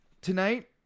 Tonight